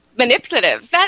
Manipulative